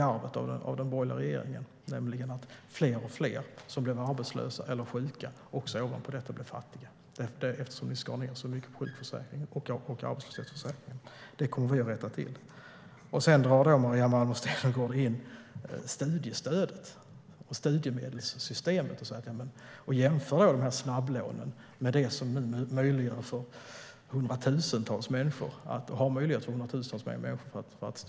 Arvet från den borgerliga regeringen var ju att fler och fler som blev arbetslösa eller sjuka ovanpå det också blev fattiga, eftersom ni skar ned så mycket på sjukförsäkringen och arbetslöshetsförsäkringen. Det kommer vi att rätta till. Sedan drar Maria Malmer Stenergard in studiestödet, studiemedelssystemet, och jämför snabblånen med det som möjliggör för hundratusentals människor att studera vidare.